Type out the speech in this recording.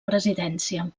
presidència